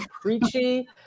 preachy